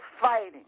fighting